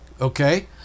Okay